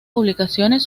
publicaciones